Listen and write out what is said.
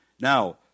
Now